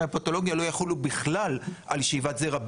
והפתולוגיה לא יחולו בכלל על שאיבת זרע,